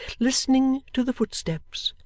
listening to the footsteps,